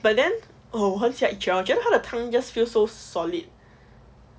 but then oh 我很喜欢我觉得它的汤 just feel so solid